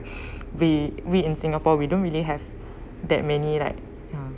we read in singapore we don't really have that many like